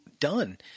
done